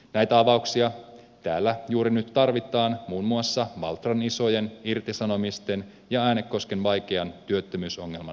näitä avauksia täällä juuri nyt tarvitaan muun muassa valtran isojen irtisanomisten ja äänekosken vaikean työttömyysongelman lievittämiseksi